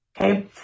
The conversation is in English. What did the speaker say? okay